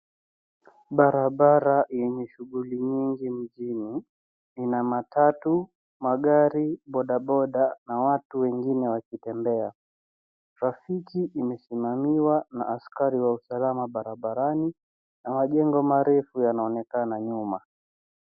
Barabara yenye shughuli nyingi mjini ina matatu, magari bodaboda na watu wengine wakitembea, trafiki imesimamiwa na askari wa usalama barabarani na majengo marefu yanaonekana nyuma.